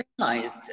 realized